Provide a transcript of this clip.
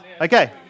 Okay